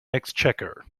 exchequer